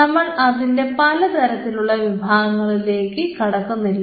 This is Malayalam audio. നമ്മൾ അതിൻറെ പലതരത്തിലുള്ള വിഭാഗങ്ങളിലേക്ക് കടക്കുന്നില്ല